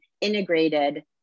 integrated